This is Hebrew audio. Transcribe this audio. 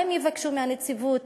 הן יבקשו מהנציבות